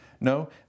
No